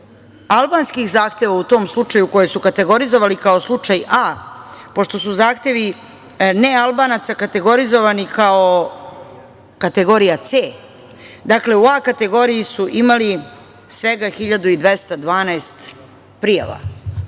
albanskih zahteva u tom slučaju koje su kategorizovali kao slučaj A, pošto su zahtevi nealbanaca kategorizovani kao kategorija C, dakle, u A kategoriji su imali svega 1.212 prijava.